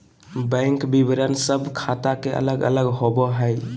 bank विवरण सब ख़ाता के अलग अलग होबो हइ